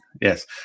Yes